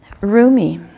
Rumi